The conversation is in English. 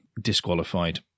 disqualified